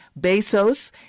Bezos